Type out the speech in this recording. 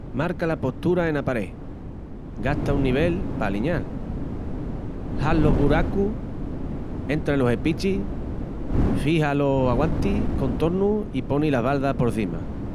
Marca la postura ena paré, gasta un nivel pa aliñal, has los buracus, entra los espichis, fixa los aguantis con tornus i poni las baldas por cima.